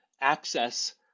access